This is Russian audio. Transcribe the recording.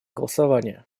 голосования